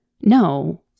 no